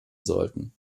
sollten